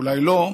אולי לא,